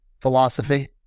philosophy